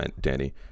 danny